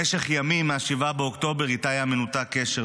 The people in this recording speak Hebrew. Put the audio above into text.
במשך ימים מ-7 באוקטובר איתי היה מנותק קשר,